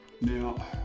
Now